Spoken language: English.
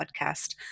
podcast